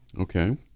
Okay